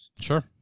Sure